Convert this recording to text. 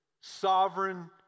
sovereign